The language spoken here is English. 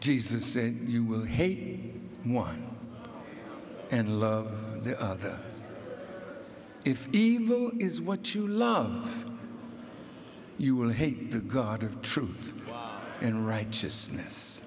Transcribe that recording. jesus said you will hate me one and love the other if evil is what you love you will hate the god of truth and righteousness